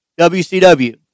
wcw